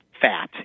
fat